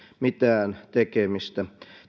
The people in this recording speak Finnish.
mitään tekemistä